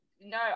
No